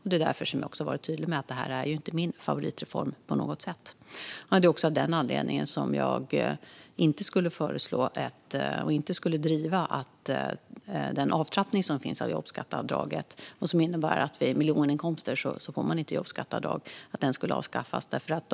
Det är därför som jag också har varit tydlig med att det här inte på något sätt är min favoritreform. Det är också av den anledningen som jag inte skulle föreslå eller driva att den avtrappning som finns av jobbskatteavdraget och som innebär att man inte får något jobbskatteavdrag vid miljoninkomster ska avskaffas.